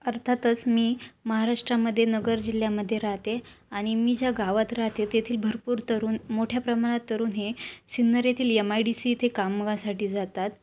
अर्थातच मी महाराष्ट्रामध्ये नगर जिल्ह्यामध्ये राहते आणि मी ज्या गावात राहते तेथील भरपूर तरुण मोठ्या प्रमाणात तरुण हे सिन्नर येथील यम आय डी सी इथे कामासाठी जातात